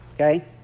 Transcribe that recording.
okay